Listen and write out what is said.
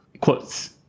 Quotes